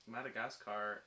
Madagascar